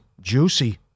juicy